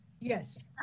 Yes